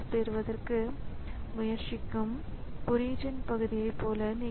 எனவே அவை அனைத்திற்க்கும் ஒரே மாதிரியான இன்டர்பேஸ் இருக்க முடியாது